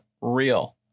real